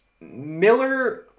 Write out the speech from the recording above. Miller